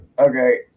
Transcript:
Okay